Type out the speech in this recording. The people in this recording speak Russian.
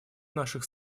наших